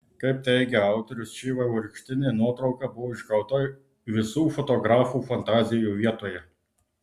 kaip teigia autorius ši vaivorykštinė nuotrauka buvo išgauta visų fotografų fantazijų vietoje